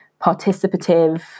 participative